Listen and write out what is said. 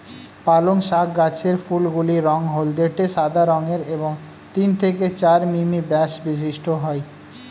পালং শাক গাছের ফুলগুলি রঙ হলদেটে সাদা রঙের এবং তিন থেকে চার মিমি ব্যাস বিশিষ্ট হয়